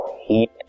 heat